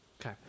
Okay